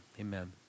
amen